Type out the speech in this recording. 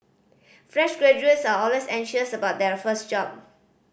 fresh graduates are always anxious about their first job